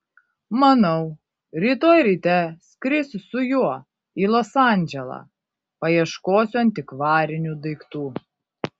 manau rytoj ryte skrisiu su juo į los andželą paieškosiu antikvarinių daiktų